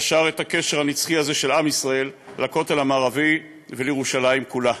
וקשר את הקשר הנצחי הזה של עם ישראל לכותל המערבי ולירושלים כולה.